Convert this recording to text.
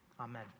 Amen